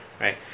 Right